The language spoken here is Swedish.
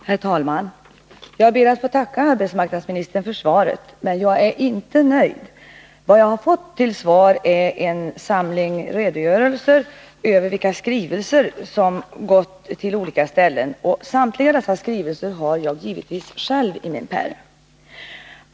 Herr talman! Jag ber att få tacka arbetsmarknadsministern för svaret, men jagärinte nöjd. Vad jag har fått till svar är en samling redogörelser över vilka skrivelser som gått till olika ställen, och samtliga dessa skrivelser har jag givetvis själv i min pärm.